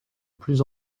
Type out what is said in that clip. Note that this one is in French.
plus